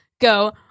go